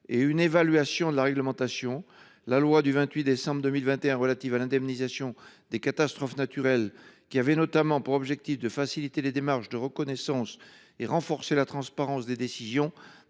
et une évaluation de la législation, la loi du 28 décembre 2021 relative à l’indemnisation des catastrophes naturelles, qui avait notamment pour objectif de faciliter les démarches de reconnaissance et de renforcer la transparence des décisions,